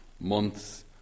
Months